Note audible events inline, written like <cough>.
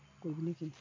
<unintelligible>